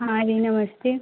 हाँ जी नमस्ते